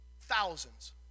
Thousands